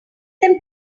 them